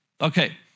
Okay